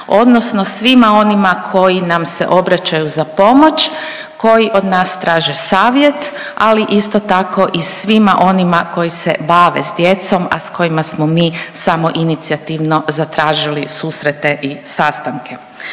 odnosno svima onima koji nam se obraćaju za pomoć, koji od nas traže savjet, ali isto tako i svima onima koji se bave s djecom, a s kojima smo mi samoinicijativno zatražili susrete i sastanke.